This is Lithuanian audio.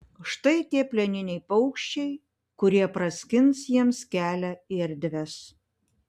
štai tie plieniniai paukščiai kurie praskins jiems kelią į erdves